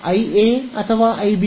IA ಅಥವಾ IB